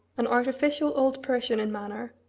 an artificial old parisian in manner,